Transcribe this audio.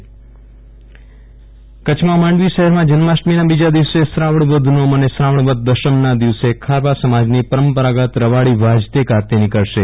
વિરલ રાણા રવાડી કચ્છમાં માંડવી શહેરમાં જન્માષ્ટમીના બીજા દિવસે શ્રાવણ વદ નોમ અને શ્રાવણ વદ દસમના દિવસે ખારવા સમાજની પરંપરાગત રવાડી વાજતે ગાજતે નીકળશે